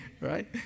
right